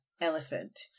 Elephant